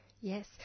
Yes